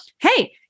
Hey